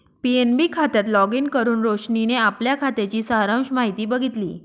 PNB खात्यात login करुन रोशनीने आपल्या खात्याची सारांश माहिती बघितली